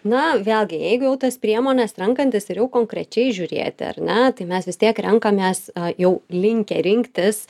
na vėlgi jeigu jau tas priemones renkantis ir jau konkrečiai žiūrėti ar ne tai mes vis tiek renkamės jau linkę rinktis